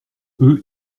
eux